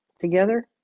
together